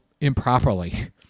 improperly